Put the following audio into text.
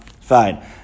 Fine